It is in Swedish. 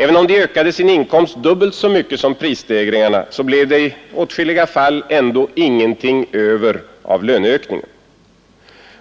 Även om de ökade sin inkomst dubbelt så mycket som prisstegringarna, så blev det i åtskilliga fall ändå ingenting över av löneökningen.